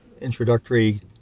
introductory